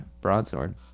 broadsword